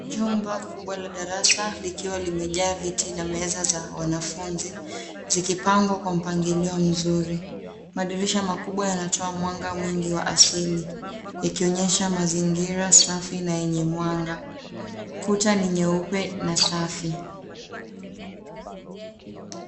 Jumba kubwa la darasa limejaa viti na meza za wanafunzi zikipangwa kwa mapango mzuri. Madirisha makubwa yanatoa mwanga mwingi wa asili ikionyesha mazingira safi na yenye mwanga. Kuta ni nyeupe na safi.